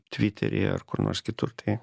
tviteryje ar kur nors kitur tai